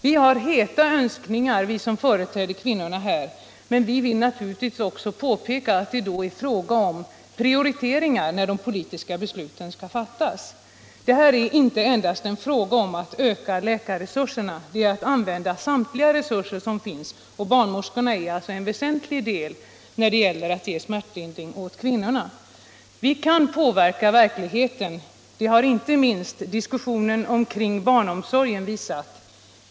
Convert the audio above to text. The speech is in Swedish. Vi som företräder kvinnorna har också på det här området heta önskningar, men jag vill naturligtvis påpeka att det är fråga om prioriteringar när de politiska besluten skall fattas. Detta är inte endast en fråga om att öka läkarresurserna, det gäller att använda samtliga resurser som finns, och barnmorskorna utgör en väsentlig del av möjligheten att ge smärtlindring åt kvinnorna. Vi kan påverka verkligheten, det har inte minst diskussionen kring barnomsorgen visat.